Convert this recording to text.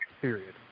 period